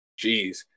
Jeez